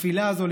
התפילה הזאת,